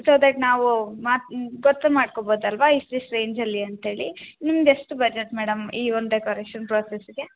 so that ನಾವು ಮಾತು ಗೊತ್ತು ಮಾಡ್ಕೊಬೋದಲ್ಲವಾ ಇಷ್ಟು ಇಷ್ಟು ರೇಂಜಲ್ಲಿ ಅಂತೇಳಿ ನಿಮ್ದು ಎಷ್ಟು ಬಜೆಟ್ ಮೇಡಮ್ ಈ ಒಂದು ಡೆಕೊರೇಷನ್ ಪ್ರೋಸೆಸ್ಸಿಗೆ